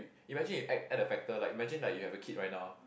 imagine we add add a factor like imagine like you have a kid right now